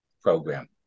program